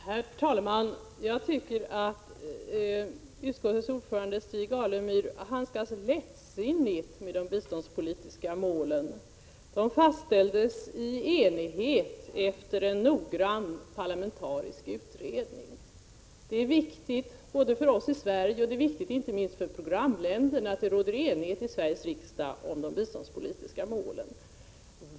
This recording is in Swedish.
Herr talman! Jag tycker att utskottets ordförande Stig Alemyr handskas lättsinnigt med de biståndspolitiska målen. Dessa fastställdes i enighet efter en noggrann parlamentarisk utredning. Det är viktigt för oss i Sverige, och inte minst för programländerna, att det råder enighet i Sveriges riksdag om de biståndspolitiska målen.